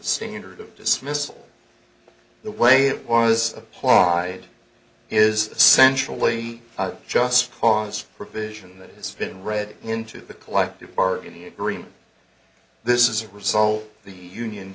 standard of dismissal the way it was applied is essentially just cause for provision that is fit and ready into the collective bargaining agreement this is a result the union